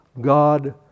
God